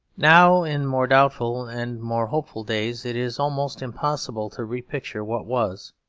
now, in more doubtful and more hopeful days, it is almost impossible to repicture what was,